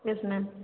yes ma'am